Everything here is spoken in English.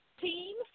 team